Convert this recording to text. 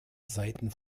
seiten